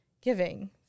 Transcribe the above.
giving